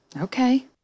Okay